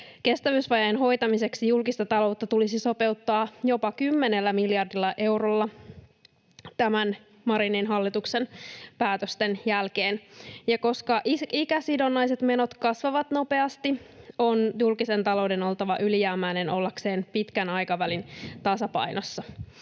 Kestävyysvajeen hoitamiseksi julkista taloutta tulisi sopeuttaa jopa kymmenellä miljardilla eurolla tämän Marinin hallituksen päätösten jälkeen. Ja koska ikäsidonnaiset menot kasvavat nopeasti, on julkisen talouden oltava ylijäämäinen ollakseen pitkän aikavälin tasapainossa.